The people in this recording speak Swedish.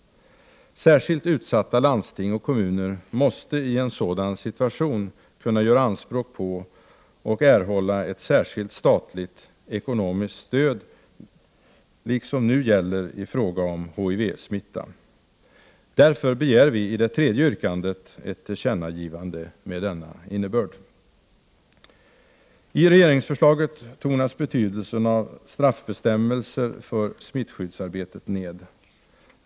Särskilt utsatta landsting och kommuner måste i en sådan situation kunna göra anspråk på och erhålla ett särskilt statligt ekonomiskt stöd, liksom nu gäller i fråga om HIV-smitta. Därför begär vi i det tredje motionsyrkandet ett tillkännagivande med denna innebörd. I regeringsförslaget tonas betydelsen av straffbestämmelser för smittskyddsarbetet ned.